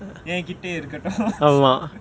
என் கிட்டையே இருக்கட்டும்:en kittaiyae irukkattum